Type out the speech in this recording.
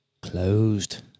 Closed